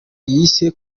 yise